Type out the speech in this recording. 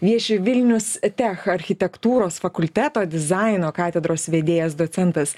vieši vilnius tech architektūros fakulteto dizaino katedros vedėjas docentas